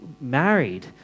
married